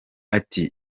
ati